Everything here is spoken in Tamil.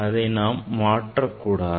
அதனை நாம் மாற்றக்கூடாது